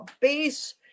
base